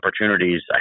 opportunities